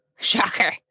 Shocker